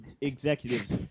executives